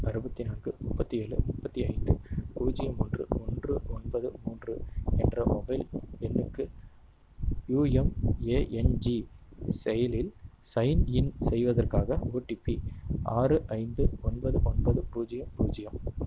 அறுபத்தி நான்கு முப்பத்தி ஏழு முப்பத்தி ஐந்து பூஜ்ஜியம் ஒன்று ஒன்று ஒன்பது மூன்று என்ற மொபைல் எண்ணுக்கு யூஎம்ஏஎன்ஜி செயலியில் சைன்இன் செய்வதற்காக ஓடிபி ஆறு ஐந்து ஒன்பது ஒன்பது பூஜ்ஜியம் பூஜ்ஜியம்